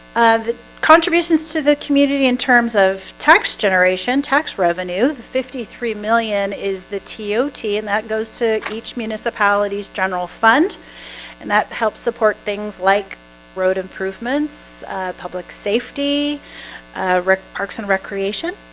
the contributions to the community in terms of tax generation tax revenue the fifty three million is the t ot and that goes to each municipalities general fund and that helps support things like road improvements public safety ric parks and recreation